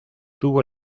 tuvo